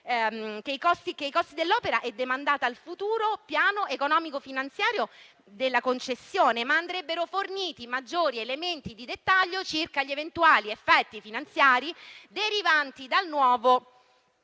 che il costo dell'opera è demandato al futuro piano economico finanziario della concessione, ma che andrebbero forniti maggiori elementi di dettaglio circa gli eventuali effetti finanziari derivanti dal nuovo